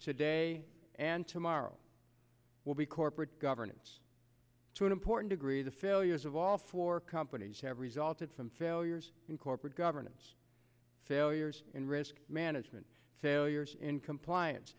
today and tomorrow will be corporate governance to an important agree the failures of all four companies have resulted from failures in corporate governance failures in risk management failures in compliance